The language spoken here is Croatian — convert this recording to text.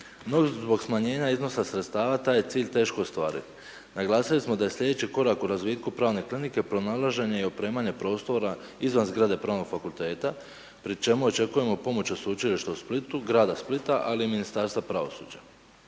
zbog smanjenja iznosa sredstava taj je cilj teško ostvariv. Naglasili smo da je sljedeći korak u razvitku pravne klinike pronalaženje i opremanje prostora izvan zgrade Pravnog fakulteta, pri čemu očekujemo pomoć od Sveučilišta u Splitu, grada Splita ali i Ministarstva pravosuđa.